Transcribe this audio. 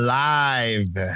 live